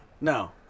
No